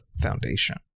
foundation